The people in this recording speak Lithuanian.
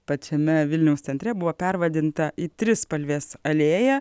pačiame vilniaus centre buvo pervadinta į trispalvės alėją